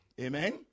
Amen